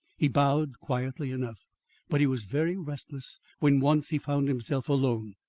he bowed quietly enough but he was very restless when once he found himself alone.